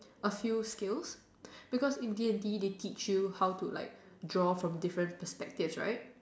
a few skills because in D and T they teach you how to draw from different perspectives right